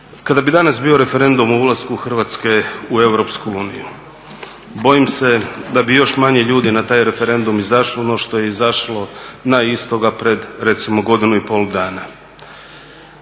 Kada bi danas bio referendum o ulasku Hrvatske u Europsku uniju bojim se da bi još manje ljudi na taj referendum izašlo, ono što je izašlo na istoga pred recimo godinu i pol dana.